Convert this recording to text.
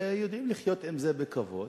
ויודעים לחיות עם זה בכבוד,